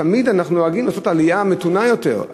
תמיד אנחנו נוהגים לעשות עלייה מתונה יותר,